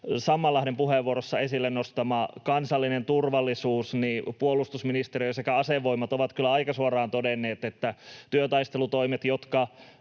Sammallahden puheenvuorossaan esille nostamasta kansallisesta turvallisuudesta: Puolustusministeriö sekä asevoimat ovat kyllä aika suoraan todenneet, että työtaistelutoimet,